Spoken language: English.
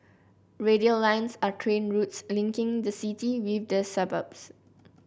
radial lines are train routes linking the city with the suburbs